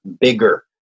bigger